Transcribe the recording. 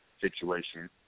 situation